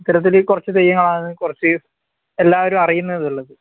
ഇത്തരത്തിൽ കുറച്ച് തെയ്യങ്ങളാണ് കുറച്ച് എല്ലാവരും അറിയുന്നത് ഉള്ളത്